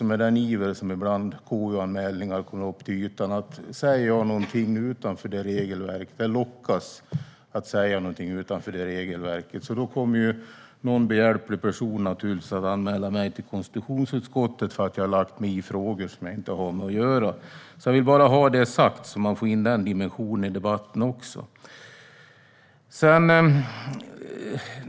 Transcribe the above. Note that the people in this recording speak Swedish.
Med den iver som KU-anmälningar ibland kommer upp till ytan vet jag att om jag säger någonting - eller lockas att säga någonting - utanför det regelverket kommer någon behjälplig person att anmäla mig till konstitutionsutskottet för att jag har lagt mig i frågor som jag inte har med att göra. Jag vill ha det sagt, så att vi kan få in också den dimensionen i debatten.